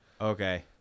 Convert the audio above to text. Okay